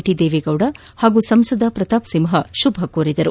T Devegowda ಹಾಗೂ ಸಂಸದ ಪ್ರತಾಪ್ ಸಿಂಹ ಶುಭ ಕೋರಿದರು